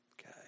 Okay